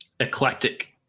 eclectic